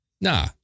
Nah